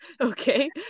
Okay